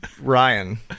Ryan